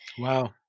Wow